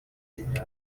bwite